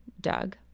Doug